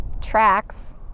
Tracks